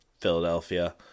Philadelphia